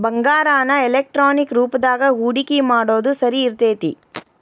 ಬಂಗಾರಾನ ಎಲೆಕ್ಟ್ರಾನಿಕ್ ರೂಪದಾಗ ಹೂಡಿಕಿ ಮಾಡೊದ್ ಸರಿ ಇರ್ತೆತಿ